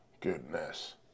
goodness